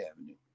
Avenue